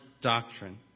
doctrine